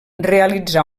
realitzà